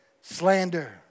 slander